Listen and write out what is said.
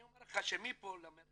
אני אומר לך שמפה למרכז,